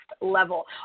level